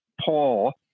Paul